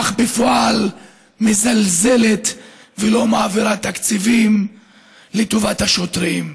אך בפועל מזלזלת ולא מעבירה תקציבים לטובת השוטרים.